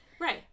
Right